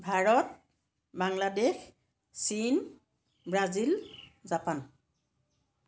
ভাৰত বাংলাদেশ চীন Brazil Japan